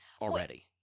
already